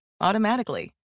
automatically